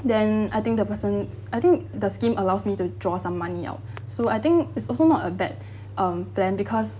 then I think the person I think the scheme allows me to draw some money out so I think it's also not a bad um plan because